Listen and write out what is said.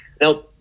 Now